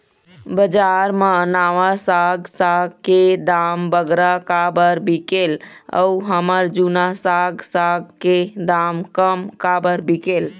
बजार मा नावा साग साग के दाम बगरा काबर बिकेल अऊ हमर जूना साग साग के दाम कम काबर बिकेल?